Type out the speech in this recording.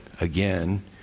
again